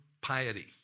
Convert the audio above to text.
piety